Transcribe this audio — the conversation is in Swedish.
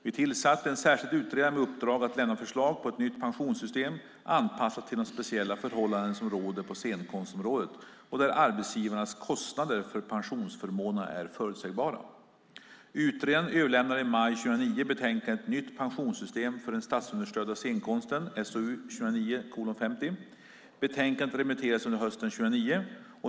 Vi tillsatte en särskild utredare med uppdrag att lämna förslag på ett nytt pensionssystem anpassat till de speciella förhållanden som råder på scenkonstområdet och där arbetsgivarnas kostnader för pensionsförmånerna är förutsägbara. Utredaren överlämnade i maj 2009 betänkandet Nytt pensionssystem för den statsunderstödda scenkonsten . Betänkandet remitterades under hösten 2009.